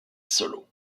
solo